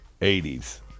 80s